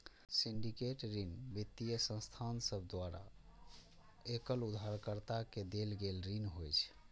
syndicate ऋण वित्तीय संस्थान सभ द्वारा एकल उधारकर्ता के देल गेल ऋण होइ छै